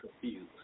confused